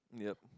yup